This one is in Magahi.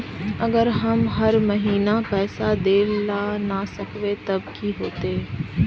अगर हम हर महीना पैसा देल ला न सकवे तब की होते?